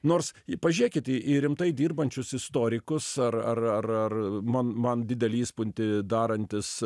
nors pažiūrėkit į į rimtai dirbančius istorikus ar ar ar ar man man didelį įspūdį darantis